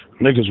niggas